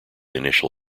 initial